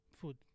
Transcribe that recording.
food